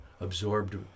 absorbed